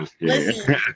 Listen